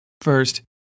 First